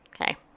okay